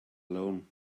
alone